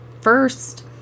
first